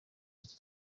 lucky